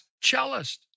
cellist